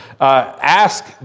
ask